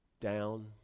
down